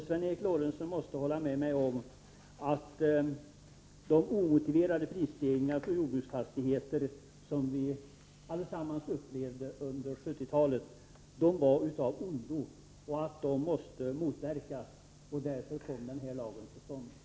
Sven Eric Lorentzon måste också hålla med mig om att de omotiverade ökningar av priserna på jordbruksfastigheter som vi alla upplevde under 1970-talet var av ondo och måste motverkas. Det var därför den här lagen kom till.